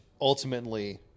ultimately